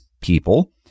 people